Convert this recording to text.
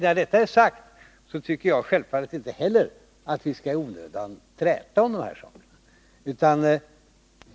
När detta är sagt tycker självfallet inte heller jag att vi i onödan skall träta om de här sakerna.